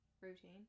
routine